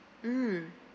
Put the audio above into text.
mm